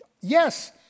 yes